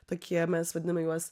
tokie mes vadiname juos